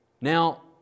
Now